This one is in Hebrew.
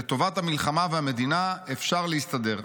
לטובת המלחמה והמדינה אפשר להסתדר,